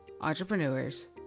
entrepreneurs